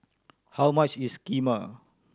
how much is Kheema